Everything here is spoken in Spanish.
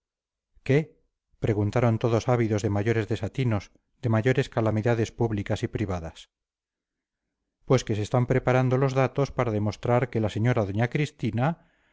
qué preguntaron todos ávidos de mayores desatinos de mayores calamidades públicas y privadas pues que se están preparando los datos para demostrar que la señora doña cristina